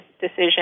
decision